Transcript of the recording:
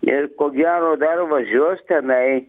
ir ko gero dar važiuos tenai